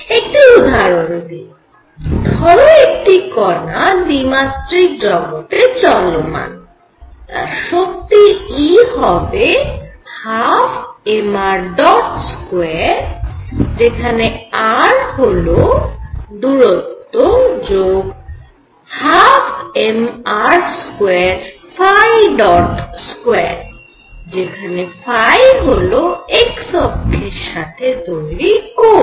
একটি উদাহরণ দিই ধরো একটি কণা দ্বিমাত্রিক জগতে চলমান তার শক্তি E হবে 12mr2 যেখানে r হল দূরত্ব যোগ 12mr22 যেখানে হল x অক্ষের সাথে তৈরি কোণ